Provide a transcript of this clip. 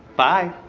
bye.